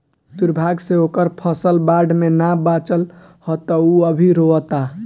दुर्भाग्य से ओकर फसल बाढ़ में ना बाचल ह त उ अभी रोओता